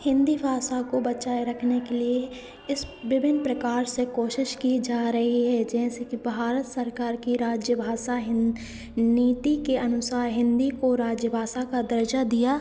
हिन्दी भाषा को बचाए रखने के लिए इस विभिन्न प्रकार से कोशिश की जा रही है जैसे कि भारत सरकार की राज्य भासा नीति के अनुसार हिन्दी को राज्य भाषा का दर्जा दिया